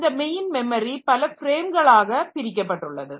இந்த main memory பல ஃப்ரேம்களாக பிரிக்கப்பட்டுள்ளது